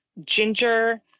ginger